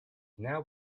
now